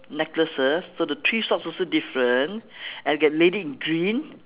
necklaces so the three socks also different and I get lady in green